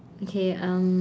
okay um